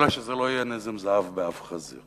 אלא רק שזה לא יהיה נזם זהב באף חזיר.